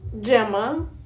Gemma